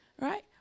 Right